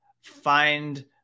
find